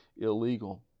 illegal